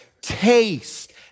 taste